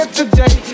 today